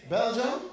Belgium